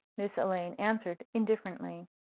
miss elaine answered, indifferently.